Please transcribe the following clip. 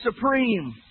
supreme